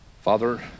Father